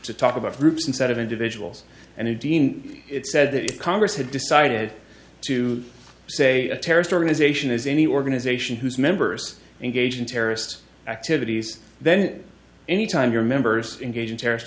to talk about groups instead of individuals and it deemed it said that congress had decided to say a terrorist organization is any organization whose members engage in terrorist activities then anytime your members engage in terrorist